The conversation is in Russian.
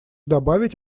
добавить